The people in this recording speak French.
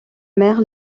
mère